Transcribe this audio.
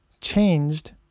changed